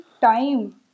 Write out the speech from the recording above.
time